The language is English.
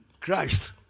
Christ